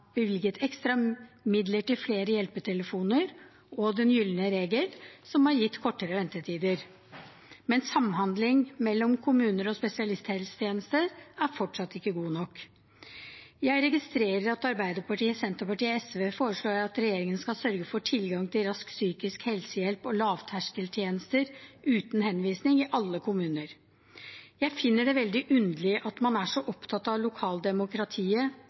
bevilget ekstra midler til flere hjelpetelefoner og den gylne regel, noe som har gitt kortere ventetider. Men samhandlingen mellom kommuner og spesialisthelsetjenesten er fortsatt ikke god nok. Jeg registrerer at Arbeiderpartiet, Senterpartiet og SV foreslår at regjeringen skal sørge for tilgang til rask psykisk helse-hjelp og lavterskeltjenester uten henvisning i alle kommuner. Jeg finner det veldig underlig at man er så opptatt av lokaldemokratiet